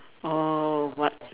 oh what